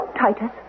Titus